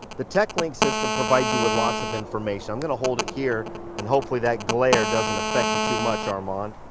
the techlink system provides you with lots of information. i'm gonna hold it here and hopefully that glare doesn't affect you too much, armand.